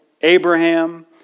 Abraham